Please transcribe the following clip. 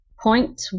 Point